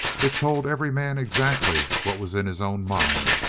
it told every man exactly what was in his own mind,